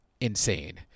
insane